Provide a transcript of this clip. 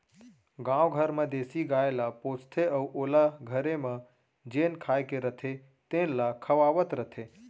गाँव घर म देसी गाय ल पोसथें अउ ओला घरे म जेन खाए के रथे तेन ल खवावत रथें